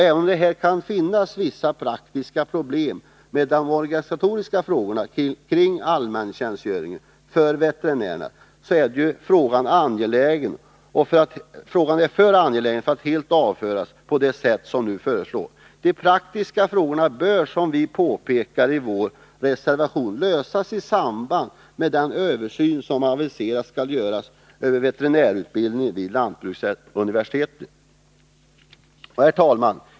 Även om det kan finnas vissa praktiska problem när det gäller de organisatoriska frågorna kring allmäntjänstgöringen för veterinärerna, så är frågan för angelägen för att helt avföras på det sätt som nu föreslås. De praktiska frågorna bör, som vi påpekat i reservation 3, lösas i samband med den översyn av veterinärutbildningen som aviseras och som skall göras vid lantbruksuniversitetet.